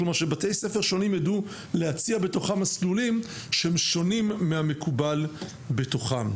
כמו שבתי ספר שונים יידעו להציע בתוכם מסלולים שהם שונים מהמקובל בתוכם.